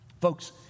Folks